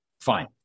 fine